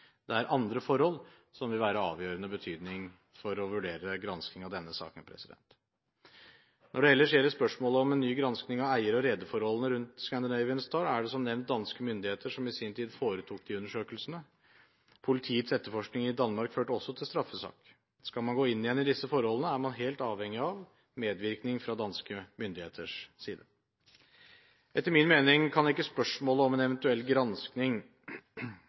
Det er andre forhold som vil være av avgjørende betydning for å vurdere gransking av denne saken. Når det ellers gjelder spørsmålet om en ny gransking av eier- og rederforholdene rundt «Scandinavian Star», er det, som nevnt, danske myndigheter som i sin tid foretok undersøkelsene. Politiets etterforskning i Danmark førte også til straffesak. Skal man gå inn igjen i disse forholdene, er man helt avhengig av medvirkning fra danske myndigheters side. Etter min mening kan ikke spørsmålet om en eventuell